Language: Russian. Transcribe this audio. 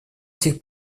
этих